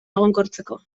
egonkortzeko